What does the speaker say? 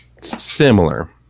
Similar